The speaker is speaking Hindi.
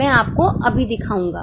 मैं आपको अभी दिखाऊंगा